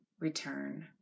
return